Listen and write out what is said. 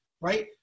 right